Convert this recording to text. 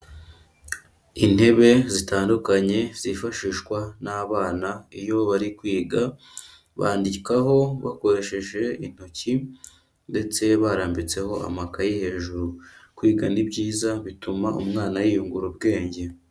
Intebe zitandukanye zifashishwa n'abana iyo bari kwiga bandikaho bakoresheje intoki ndetse barambitseho amakaye hejuru kwiga ni byiza bituma umwana yiyungura ubwenge.